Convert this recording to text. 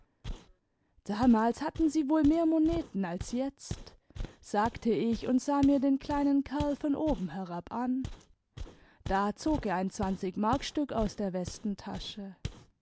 damals hatten sie wohl mehr moneten als jetzt sagte ich und sah mir den kleinen kerl von oben herab an da zog er ein zwanzigmarkstück aus der westentasche